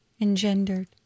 Engendered